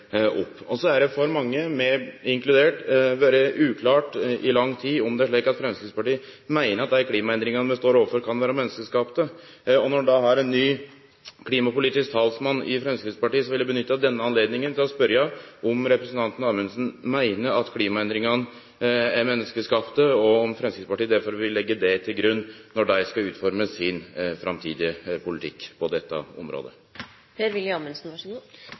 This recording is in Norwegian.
opp. Så har det for mange, meg inkludert, vore uklart i lang tid om det er slik at Framstegspartiet meiner at dei klimaendringane vi står overfor, kan vere menneskeskapte. Når ein då har ein ny klimapolitisk talsmann i Framstegspartiet, vil eg nytte denne anledninga til å spørje om representanten Amundsen meiner at klimaendringane er menneskeskapte, og om Framstegspartiet derfor vil leggje det til grunn når dei skal utforme sin framtidige politikk på dette området. Jeg ventet for så